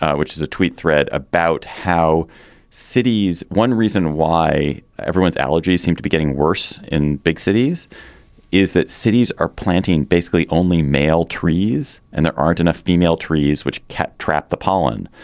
um which is a tweet thread about how cities. one reason why everyone's allergies seem to be getting worse in big cities is that cities are planting basically only male trees and there aren't enough female trees which cat trap the pollen.